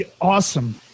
Awesome